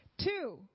Two